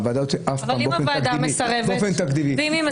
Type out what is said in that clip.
הוועדה הזאת באופן תקדימי --- אם הוועדה